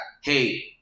hey